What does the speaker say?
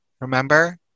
remember